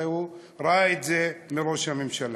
הרי הוא ראה את זה אצל ראש הממשלה.